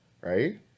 Right